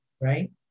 right